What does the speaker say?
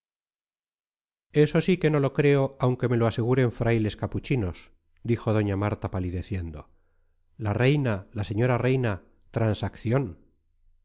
eso sí que no lo creo aunque me lo aseguren frailes capuchinos dijo doña marta palideciendo la reina la señora reina transacción